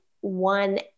one